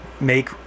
make